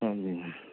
ਹਾਂਜੀ